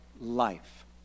life